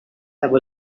have